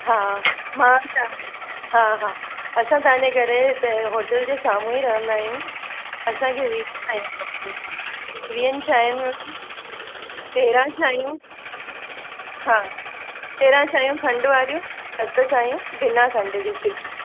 हा मां तव्हां हा हा असां तव्हां जे घर जे होटल जे साम्हूं ई रहंदा आहियूं असांखे वीहु चांहियूं खपनि वीहनि चांहिनि में बि तेरहां चांहियूं हा तेरहां चांहियूं खंडु वारियूं सत चांहियूं बिना खंडु जे फिकी